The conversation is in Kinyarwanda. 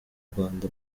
rwanda